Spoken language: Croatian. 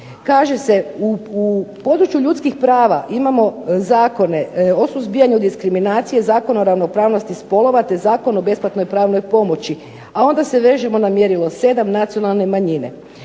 Kaže se u području ljudskih prava imamo Zakone o suzbijanju diskriminacije, Zakon o ravnopravnosti spolova te Zakon o besplatnoj pravnoj pomoći, a onda se vežemo na mjerilo 7 nacionalne manjine.